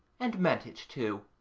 and meant it, too.